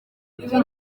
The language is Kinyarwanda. ibi